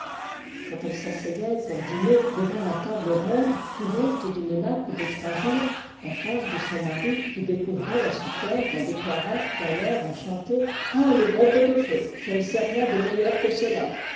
quand elle s'asseyait pour dîner devant la table ronde couverte d'une nappe de trois jours en face de son mari qui aécourait la soupière en déclarant d'un air enchanté ah le bon pot-au-feu je ne sais rien de meilleur que cela